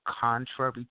contrary